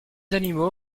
animaux